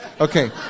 Okay